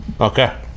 Okay